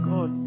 God